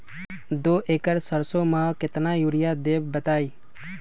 दो एकड़ सरसो म केतना यूरिया देब बताई?